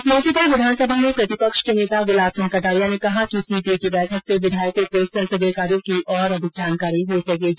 इस मौके पर विधानसभा में प्रतिपक्ष के नेता गुलाब चन्द कटारिया ने कहा कि सीपीए की बैठक से विधायकों को संसदीय कार्यों की अधिक जानकारी हो सकेगी